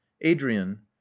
Adrian